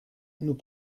nous